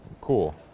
Cool